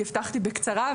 כי הבטחתי לדבר בקצרה,